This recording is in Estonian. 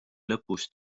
lõpus